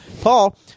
Paul